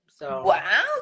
Wow